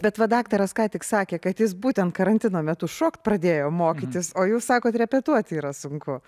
bet va daktaras ką tik sakė kad jis būtent karantino metu šokt pradėjo mokytis o jūs sakot repetuoti yra sunku